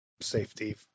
Safety